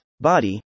body